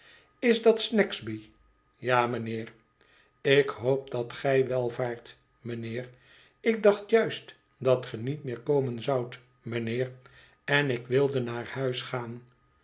is dat snagsby ja mijnheer ik hoop dat gij welvaart mijnheer ik dacht juist dat ge niet meer komen zoudt mijnheer en ik wilde naar huis gaan